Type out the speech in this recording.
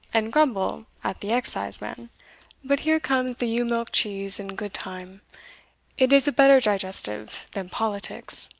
and grumble at the exciseman but here comes the ewe-milk cheese in good time it is a better digestive than politics.